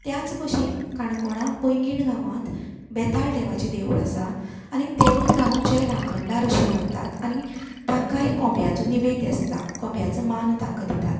त्याच बशेन काणकोणा पैंगीण गांवांत बेताळ देवाचें देवूळ आसा आनी तेवूंय गांव जे राखणदार अशे मानतात आनी तांकां एक कोंब्याचो निवेद्द आसता कोंब्याचो मान तेंका दितात